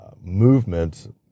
movement